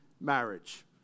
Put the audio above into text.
marriage